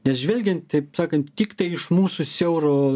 nes žvelgiant taip sakant tiktai iš mūsų siauro